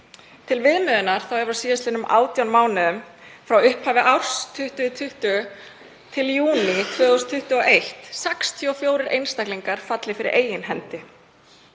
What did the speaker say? Til viðmiðunar hafa á síðastliðnum 18 mánuðum, frá upphafi ársins 2020 til júní 2021, 64 einstaklingar fallið fyrir eigin hendi.